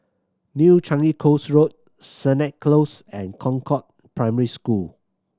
New Changi Coast Road Sennett Close and Concord Primary School